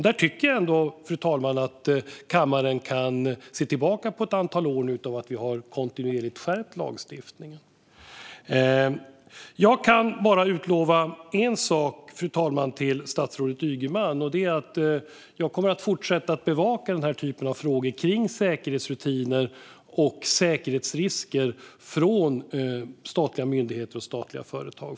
Där tycker jag ändå att kammaren kan se tillbaka på ett antal år av att kontinuerligt ha skärpt lagstiftningen, fru talman. Jag kan bara utlova en sak till statsrådet Ygeman, fru talman, och det är att jag kommer att fortsätta bevaka den här typen av frågor kring säkerhetsrutiner och säkerhetsrisker från statliga myndigheter och statliga företag.